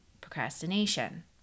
procrastination